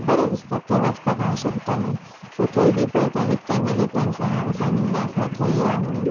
बरे दिसतात ते वचपाक हांव सोदताले सो थंय बी पळयता विथ फॅमिली फ्रेंड्सांक हांवें सांगिल्ले आसा थंय या म्हणून